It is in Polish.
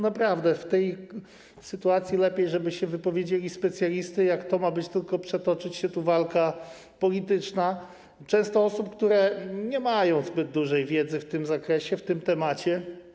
Naprawdę w tej sytuacji lepiej, żeby się wypowiedzieli specjaliści, a nie żeby toczyła się tu walka polityczna, a często są to osoby, które nie mają zbyt dużej wiedzy w tym zakresie, w tym temacie.